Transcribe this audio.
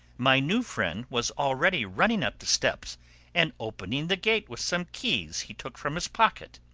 my new friend was already running up the steps and opening the gate with some keys he took from his pocket.